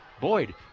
Boyd